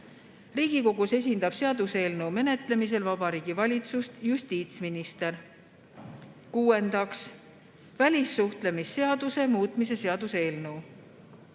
Riigikogus esindab seaduseelnõu menetlemisel Vabariigi Valitsust justiitsminister. Kuuendaks, välissuhtlemisseaduse muutmise seaduse eelnõu.